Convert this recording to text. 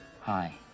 hi